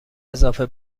اضافه